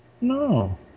No